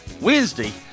Wednesday